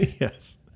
Yes